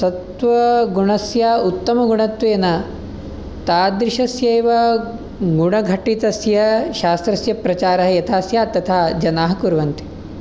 सत्त्वगुणस्य उत्तमगुणत्वेन तादृशस्यैव गुणघटितस्य शास्त्रस्य प्रचारः यथा स्यात् तथा जनाः कुर्वन्ति